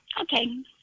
okay